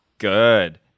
Good